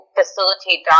facilitate